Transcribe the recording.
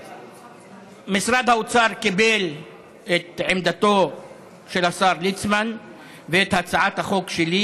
ומשרד האוצר קיבל את עמדתו של השר ליצמן ואת הצעת החוק שלי